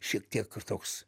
šiek tiek toks